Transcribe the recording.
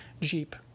Jeep